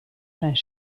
zijn